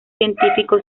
científico